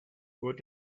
wollt